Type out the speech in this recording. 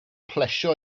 plesio